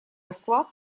расклад